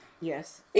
Yes